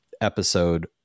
episode